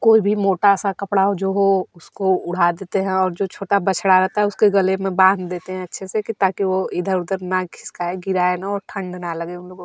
कोई भी मोटा सा ओ कपड़ा जो हो उसको ओढ़ा देते हैं और जो छोटा बछड़ा रहता है उसके गले में बांध देते हैं अच्छे से ताकि वह इधर उधर ना खिसकाए गिराए ना और ठण्ड ना लगे उन लोगों को